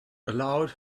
allowed